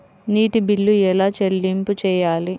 నీటి బిల్లు ఎలా చెల్లింపు చేయాలి?